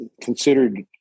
considered